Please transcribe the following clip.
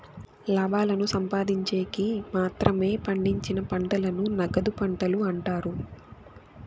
లాభాలను సంపాదిన్చేకి మాత్రమే పండించిన పంటలను నగదు పంటలు అంటారు